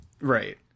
Right